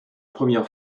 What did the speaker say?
première